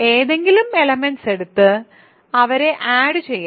ഏതെങ്കിലും എലെമെന്റ്സ് എടുത്ത് അവരെ ആഡ് ചെയ്യാം